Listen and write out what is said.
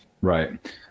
Right